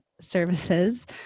services